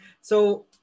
So-